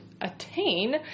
attain